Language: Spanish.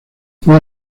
fue